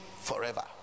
forever